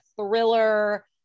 thriller